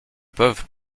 peuvent